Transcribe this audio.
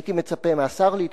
הייתי מצפה מהשר להתפטר,